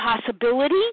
possibility